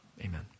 amen